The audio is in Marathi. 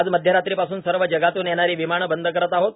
आज मध्यरात्रीपासून सर्व जगातून येणारी विमाने बंद करीत आहोत